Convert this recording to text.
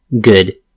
Good